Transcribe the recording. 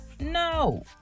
No